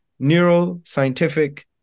neuroscientific